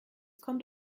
kommt